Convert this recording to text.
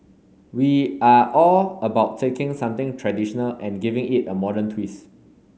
we are all about taking something traditional and giving it a modern twist